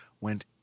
went